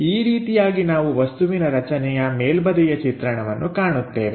ಈ ರೀತಿಯಾಗಿ ನಾವು ವಸ್ತುವಿನ ರಚನೆಯ ಮೇಲ್ಬದಿಯ ಚಿತ್ರಣವನ್ನು ಕಾಣುತ್ತೇವೆ